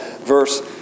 verse